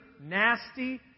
nasty